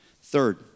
Third